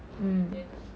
mm